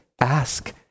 Ask